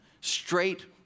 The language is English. straight